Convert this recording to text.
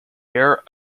aer